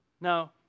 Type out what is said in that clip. Now